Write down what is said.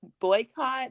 boycott